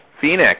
Phoenix